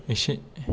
एसे